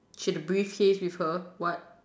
she had a briefcase with her what